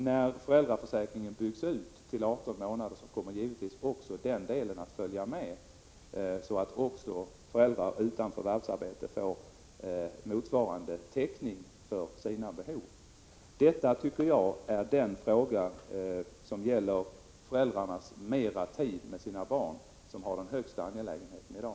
När föräldraförsäkringen byggs ut till att omfatta 18 månader kommer givetvis också garantibeloppen att följa med, så att föräldrar utan förvärvsarbete får motsvarande täckning för sina behov. Jag tycker att frågan om att ge mera tid för föräldrarna att vara tillsammans med sina barn är den som har den högsta angelägenheten i dag.